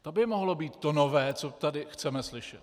To by mohlo být to nové, co tady chceme slyšet.